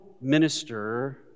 minister